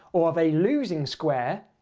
or of a losing square,